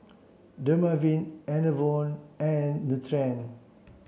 Dermaveen Enervon and Nutren